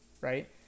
right